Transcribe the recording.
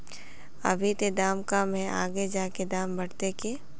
अभी ते दाम कम है आगे जाके दाम बढ़ते की?